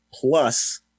plus